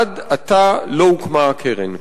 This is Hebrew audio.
עד עתה לא הוקמה הקרן.